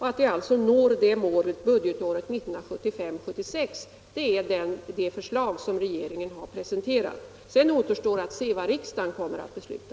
Vi når alltså det målet budgetåret 1975/76. Det är det förslag som regeringen har presenterat. Sedan återstår att se vad riksdagen kommer att besluta.